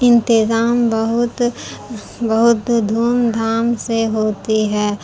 انتظام بہت بہت دھوم دھام سے ہوتی ہے